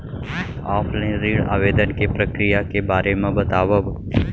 Offline ऋण आवेदन के प्रक्रिया के बारे म बतावव?